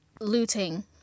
looting